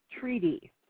treaty